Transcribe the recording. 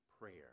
prayer